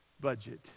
budget